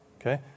Okay